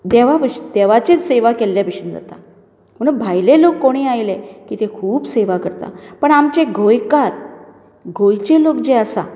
देवा भशेन देवाचेच सेवा केल्ले भशेन जाता म्हूण भायले लोक कोणीय आयले की ते खूब सेवा करतात पूण आमचे गोंयकार गोंयचे लोक जे आसात